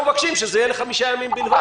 אנחנו מבקשים שזה יהיה לחמישה ימים בלבד.